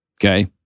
Okay